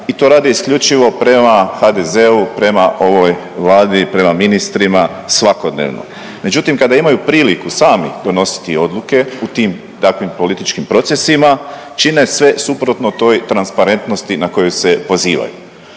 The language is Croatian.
i to rade isključivo prema HDZ-u, prema ovoj Vladi, prema ministrima, svakodnevno. Međutim, kada imaju priliku sami donositi odluke u tim i takvim političkim procesima čine sve suprotno toj transparentnosti na koju se pozivaju.